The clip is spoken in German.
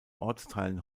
ortsteilen